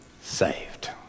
saved